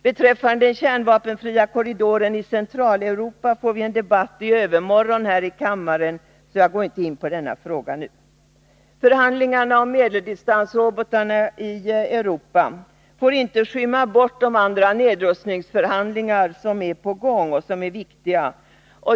Beträffande den kärnvapenfria korridoren i Centraleuropa får vi en debatt här i kammaren i övermorgon. Jag går därför inte in på denna fråga nu. Förhandlingarna om medeldistansrobotarna i Europa får inte skymma bort de andra viktiga nedrustningsförhandlingar som är på gång.